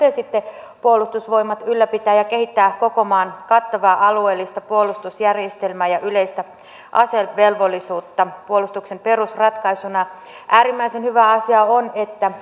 totesitte puolustusvoimat ylläpitää ja kehittää koko maan kattavaa alueellista puolustusjärjestelmää ja yleistä asevelvollisuutta puolustuksen perusratkaisuna äärimmäisen hyvä asia on